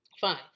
Fine